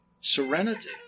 serenity